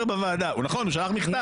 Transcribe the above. נכון, הוא שלח מכתב.